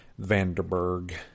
Vanderberg